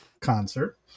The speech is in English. concert